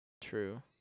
True